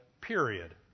period